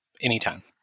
anytime